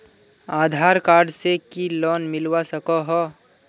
आधार card से की loan मिलवा सकोहो?